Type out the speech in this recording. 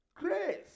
Grace